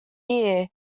year